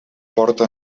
porta